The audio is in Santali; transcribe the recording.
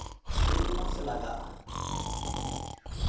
ᱛᱤᱱ ᱢᱟᱥ ᱞᱟᱜᱟᱜᱼᱟ